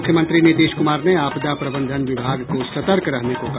मुख्यमंत्री नीतीश कुमार ने आपदा प्रबंधन विभाग को सतर्क रहने को कहा